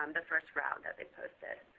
um the first round that they posted.